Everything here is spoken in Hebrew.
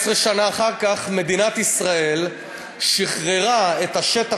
מדינת ישראל שחררה את השטח,